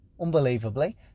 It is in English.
Unbelievably